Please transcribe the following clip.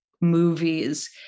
movies